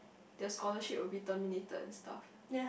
their scholarship will be terminated and stuff